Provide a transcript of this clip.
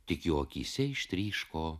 tik jo akyse ištryško